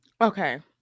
okay